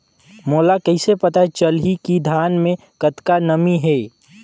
मोला कइसे पता चलही की धान मे कतका नमी हे?